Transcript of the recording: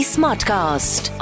Smartcast